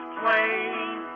plain